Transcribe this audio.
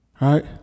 right